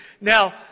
Now